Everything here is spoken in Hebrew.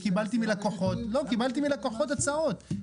בעצמי הלכתי ובדקתי וקיבלתי מלקוחות הצעות.